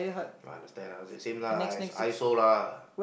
I understand lah it's the same lah I also I also lah